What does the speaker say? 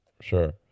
sure